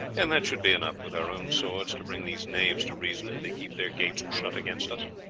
and that should be enough with our own swords to bring these knaves to reason if they keep their gates shut against us.